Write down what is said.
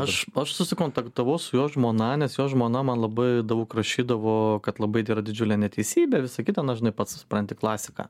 aš aš susikontaktavau su jo žmona nes jo žmona man labai daug rašydavo kad labai tai yra didžiulė neteisybė visa kita na žinai pats supranti klasika